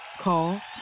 Call